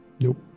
Nope